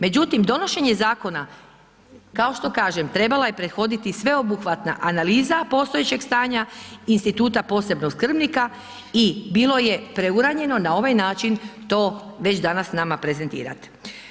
Međutim, donošenje zakona kao što kažem trebala je prethoditi sveobuhvatna analiza postojećeg stanja, instituta posebnog skrbnika i bilo je preuranjeno na ovaj način to već danas nama prezentirati.